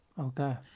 Okay